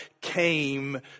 came